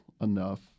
enough